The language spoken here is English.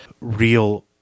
real